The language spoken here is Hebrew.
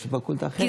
או שפקולטה אחרת.